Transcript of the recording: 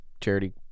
charity